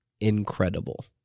incredible